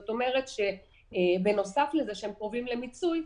זאת אומרת, בנוסף לזה שהם קרובים למיצוי,